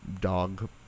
dog